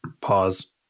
pause